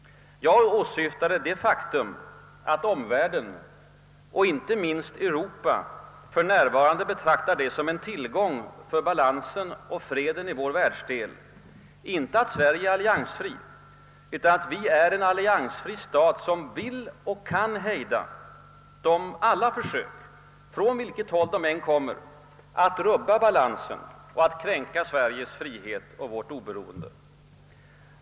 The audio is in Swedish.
Jag åsyftade det faktum att omvärlden, och inte minst Europa, för närvarande betraktar det som en tillgång för balansen och freden i vår världsdel, icke att Sverige är alliansfritt utan att vi är en alliansfri stat som vill och kan hejda alla försök, från vilket håll de än må komma, att rubba balansen och kränka Sveriges frihet och vårt oberoende.